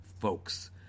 folks